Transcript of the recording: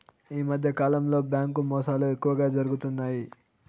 ఈ మధ్యకాలంలో బ్యాంకు మోసాలు ఎక్కువగా జరుగుతున్నాయి